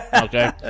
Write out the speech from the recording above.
Okay